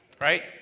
Right